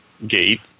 Gate